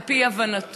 על פי הבנתו,